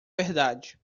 verdade